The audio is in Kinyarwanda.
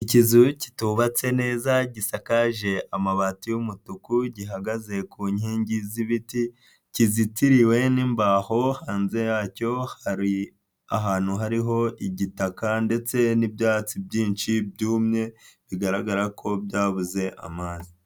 Ikizu kitubatse neza gisakaje amabati y'umutuku gihagaze ku nkingi z'ibiti, kizitiriwe n'imbaho, hanze yacyo hari ahantu hariho igitaka ndetse n'ibyatsi byinshi byumye bigaragara ko byabuze amazi.